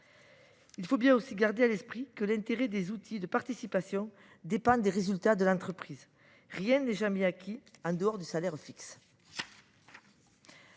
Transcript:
Il convient aussi de garder à l’esprit que l’intérêt des outils de participation dépend des résultats de l’entreprise. Rien n’est jamais acquis, en dehors du salaire fixe.